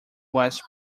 was